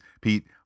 pete